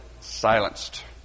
silenced